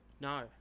No